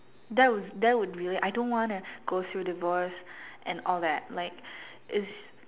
that was that would really I don't wanna go through divorce and all that like is